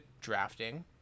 drafting